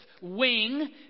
wing